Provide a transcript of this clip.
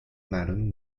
madam